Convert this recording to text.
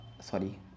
sorry